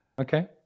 Okay